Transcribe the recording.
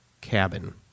cabin